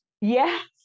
Yes